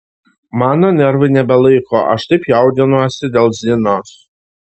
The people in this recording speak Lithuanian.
mano nervai nebelaiko aš taip jaudinuosi dėl zinos